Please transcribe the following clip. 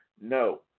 No